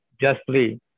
justly